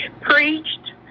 preached